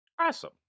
Awesome